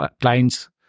clients